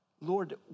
Lord